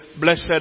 Blessed